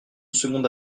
seconde